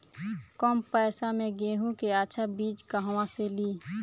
कम पैसा में गेहूं के अच्छा बिज कहवा से ली?